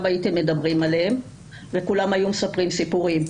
הייתם מדברים עליהם וכולם היו מספרים סיפורים.